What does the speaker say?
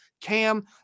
cam